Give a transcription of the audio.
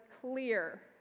clear